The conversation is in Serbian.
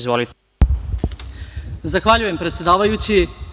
Zahvaljujem predsedavajući.